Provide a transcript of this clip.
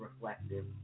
reflective